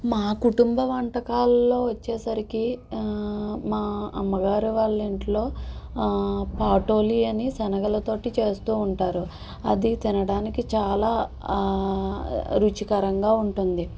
మా కుటుంబ వంటకాలలో వచ్చేసరికి మా అమ్మగారు వాళ్ళ ఇంట్లో పాటోలి అని సెనగలతోటి చేస్తూ ఉంటారు అది తినడానికి చాలా రుచికరంగా ఉంటుంది